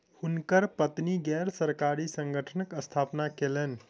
हुनकर पत्नी गैर सरकारी संगठनक स्थापना कयलैन